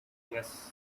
yes